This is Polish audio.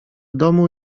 domu